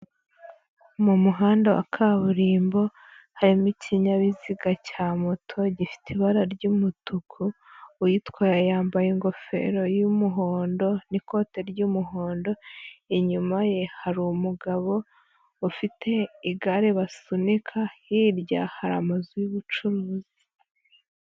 Mu muhanda wa kaburimbo, harimo ikinyabiziga cya moto, gifite ibara ry'umutuku. Uyitwaye yambaye ingofero y'umuhondo n'ikote ry'umuhondo, inyuma ye hari umugabo ufite igare basunika, hirya hari amazu y'ubucuruzi.